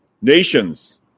Nations